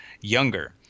younger